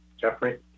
Jeffrey